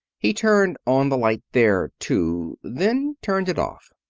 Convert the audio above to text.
he turned on the light there, too, then turned it off.